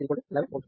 V2 V3 11 volts